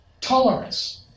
tolerance